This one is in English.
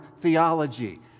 theology